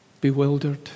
Bewildered